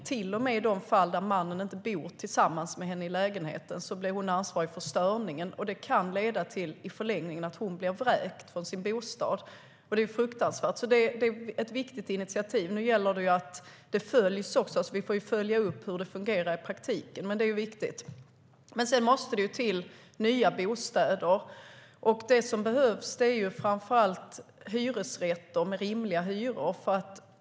Till och med i de fall då mannen inte bor tillsammans med henne i lägenheten blir hon ansvarig för störningen, vilket i förlängningen kan leda till att hon blir vräkt från sin bostad. Det är fruktansvärt, och det är därför ett viktigt initiativ. Nu gäller det att det också följs - vi får följa upp hur det fungerar i praktiken - men det är viktigt. Sedan måste det till nya bostäder. Det som behövs är framför allt hyresrätter med rimliga hyror.